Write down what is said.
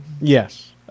Yes